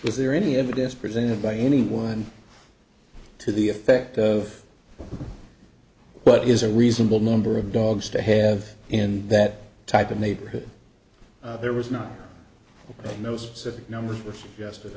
there any evidence presented by anyone to the effect of what is a reasonable number of dogs to have in that type of neighborhood there was not no specific numbers were